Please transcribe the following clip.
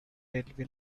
railway